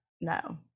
no